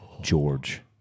George